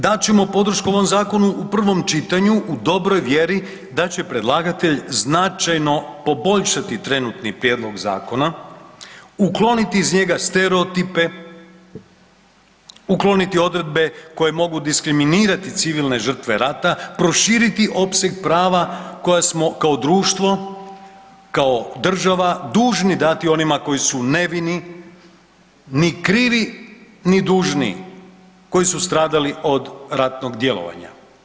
Dat ćemo podršku ovome zakonu u prvom čitanju u dobroj vjeri da će predlagatelj značajno poboljšati trenutni prijedlog zakona, ukloniti iz njega stereotipe, ukloniti odredbe koje mogu diskriminirati civilne žrtve rata, proširiti opseg prava koja smo kao društvo, kao država dužni dati onima koji su nevini, ni krivi ni dužni, koji su stradali od ratnog djelovanja.